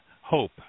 hope